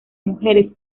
mujeres